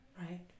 right